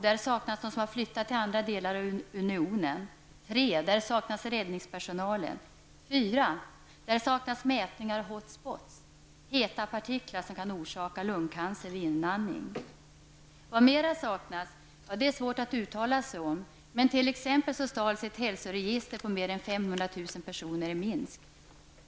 Där saknas de som flyttat till andra delar av unionen. 4. Där saknas mätningar av hot spots, heta partiklar, som kan orsaka lungcancer vid inandning. Vad saknas mer? Det är svårt att uttala sig om, men så t.ex. stals ett hälsoregister på mer än 500 000 personer i Minsk.